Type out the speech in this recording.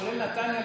כולל נתניה,